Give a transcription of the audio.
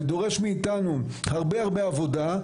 זה דורש מאיתנו הרבה הרבה עבודה,